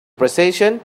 precision